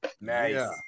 nice